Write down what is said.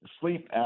sleep